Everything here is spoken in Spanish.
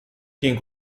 quien